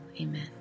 Amen